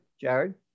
Jared